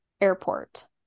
airport